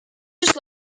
just